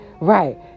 right